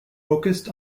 focused